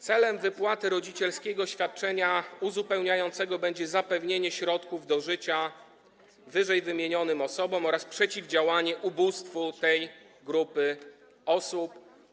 Celem wypłaty rodzicielskiego świadczenia uzupełniającego będzie zapewnienie środków do życia ww. osobom oraz przeciwdziałanie ubóstwu tej grupy osób.